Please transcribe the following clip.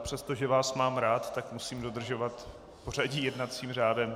Přestože vás mám rád, tak musím dodržovat pořadí jednacím řádem.